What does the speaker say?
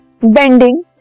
Bending